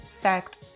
fact